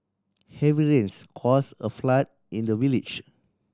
heavy rains cause a flood in the village